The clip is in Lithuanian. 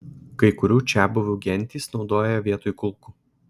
kai kurių čiabuvių gentys naudoja vietoj kulkų